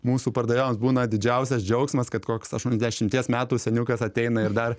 mūsų pardavėjoms būna didžiausias džiaugsmas kad koks aštuoniasdešimties metų seniukas ateina ir dar